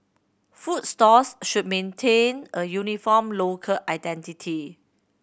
food stalls should maintain a uniform local identity